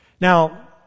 Now